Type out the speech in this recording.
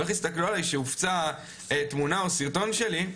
או איך יסתכלו עלי שהופצה תמונה או סרטון שלי,